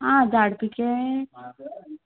आं झाडपिके